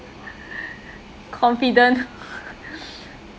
confident